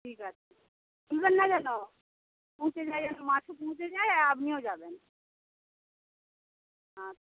ঠিক আছে ভুলবেন না যেন পৌঁছে যায় যেন মাছও পৌঁছে যায় আর আপনিও যাবেন আচ্ছা